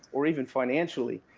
or even financially,